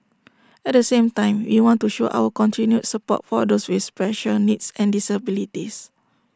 at the same time we want to show our continued support for those with special needs and disabilities